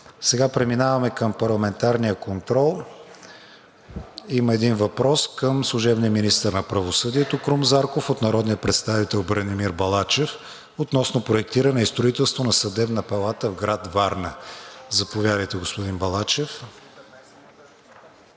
Сега преминаваме към парламентарния контрол. Има един въпрос към служебния министър на правосъдието Крум Зарков от народния представител Бранимир Балачев относно проектиране и строителство на Съдебна палата в град Варна. Заповядайте, господин Балачев.